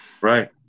Right